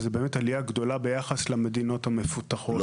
וזו באמת עלייה גדולה ביחס למדינות המפותחות.